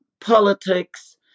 politics